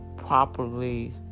Properly